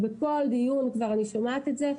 אז כבר בכל דיון אני שומעת את זה,